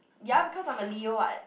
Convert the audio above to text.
ya because I'm a leo [what]